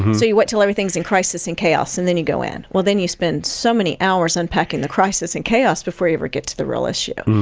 and so you wait till everything's in crisis and chaos, and then you go in. well then you spend so many hours unpacking the crisis and chaos before you ever get to the real issue.